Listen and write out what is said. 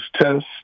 tests